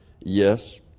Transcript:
Yes